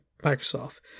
microsoft